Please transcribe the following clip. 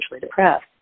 depressed